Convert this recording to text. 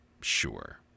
Sure